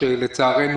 שלצערנו,